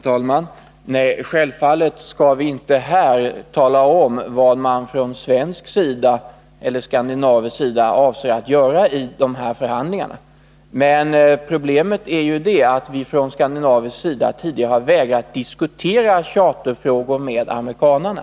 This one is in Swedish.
Herr talman! Självfallet skall vi inte här i kammaren tala om, vad man från svensk eller skandinavisk sida avser att göra i de kommande förhandlingarna. Men problemet är att man från skandinavisk sida tidigare har vägrat att diskutera charterfrågor med amerikanarna.